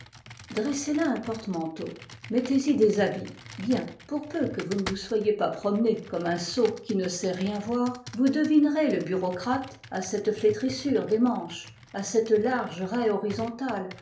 dressez là un porte-manteau mettez-y des habits bien pour peu que vous ne vous soyez pas promené comme un sot qui ne sait rien voir vous devinerez le bureaucrate à cette flétrissure des manches à cette large